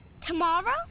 Tomorrow